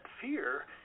fear